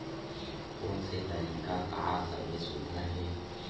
कोन से तरीका का सबले सुघ्घर हे?